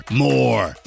more